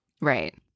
right